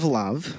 love